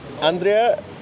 Andrea